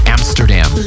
Amsterdam